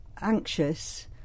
anxious